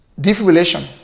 defibrillation